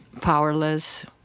powerless